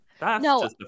no